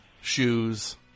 shoes